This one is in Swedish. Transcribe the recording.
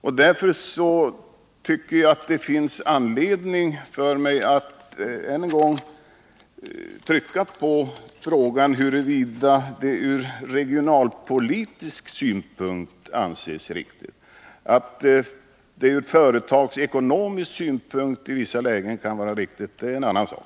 Och därför finns det anledning för mig att än en gång trycka på frågan om huruvida det ur regionalpolitisk synvinkel anses riktigt — att det ur företagsekonomisk synvinkel kan vara riktigt i vissa lägen är en annan sak.